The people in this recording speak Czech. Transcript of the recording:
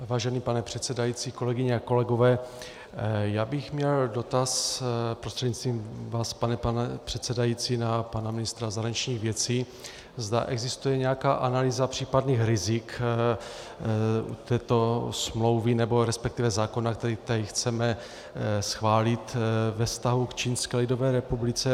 Vážený pane předsedající, kolegyně a kolegové, já bych měl dotaz prostřednictvím vás, pane předsedající, na pana ministra zahraničních věcí, zda existuje nějaká analýza případných rizik této smlouvy, resp. zákona, který tady chceme schválit, ve vztahu k Čínské lidové republice.